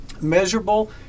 Measurable